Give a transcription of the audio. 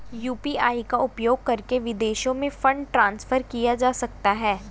UPI का उपयोग करके विदेशों में फंड ट्रांसफर किया जा सकता है?